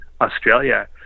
Australia